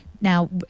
Now